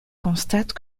constate